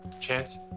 Chance